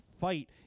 fight